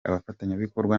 abafatanyabikorwa